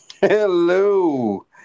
Hello